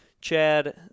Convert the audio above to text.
Chad